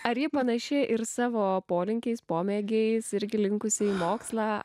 ar ji panaši ir savo polinkiais pomėgiais irgi linkusi į mokslą